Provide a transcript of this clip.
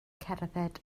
cerdded